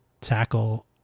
tackle